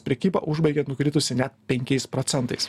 prekybą užbaigė nukritusi net penkiais procentais